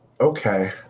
Okay